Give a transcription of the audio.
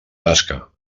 tasca